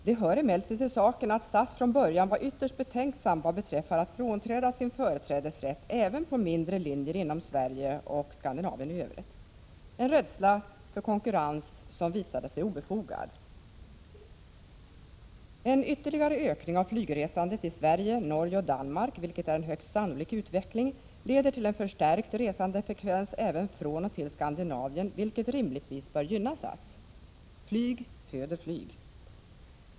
Det hör emellertid till saken att SAS från början var betänksamt vad beträffar att frånträda sin företrädesrätt även på linjer inom Sverige och Skandinavien i Övrigt, en rädsla för konkurrens som visade sig obefogad. En ytterligare ökning av flygresandet i Sverige, Norge och Danmark, vilket är en högst sannolik utveckling, leder till en förstärkt resandefrekvens även från och till Skandinavien, vilket rimligtvis bör gynna SAS. Flyg föder flyg.